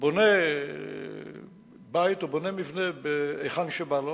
בונה בית או מבנה היכן שבא לו,